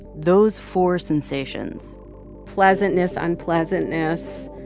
those four sensations pleasantness, unpleasantness,